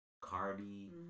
Cardi